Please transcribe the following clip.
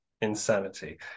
insanity